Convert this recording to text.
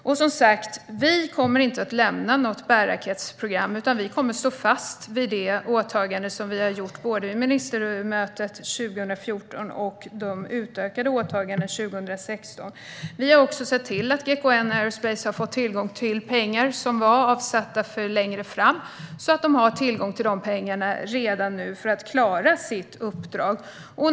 Vi kommer som sagt inte att lämna något bärraketsprogram, utan vi kommer att stå fast vid såväl det åtagande vi gjorde vid ministermötet 2014 som de utökade åtaganden vi gjorde 2016. Vi har också sett till att GKN Aerospace har fått tillgång till pengar som var avsatta för verksamhet längre fram, så att de har tillgång till dessa pengar redan nu för att klara sitt uppdrag.